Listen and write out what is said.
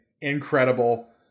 incredible